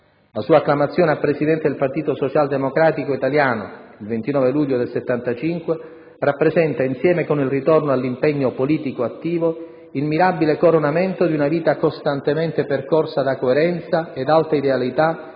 La sua acclamazione a presidente del Partito socialdemocratico italiano, il 29 luglio del 1975, rappresenta, insieme con il ritorno all'impegno politico attivo, il mirabile coronamento di una vita costantemente percorsa da coerenza ed alta idealità